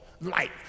light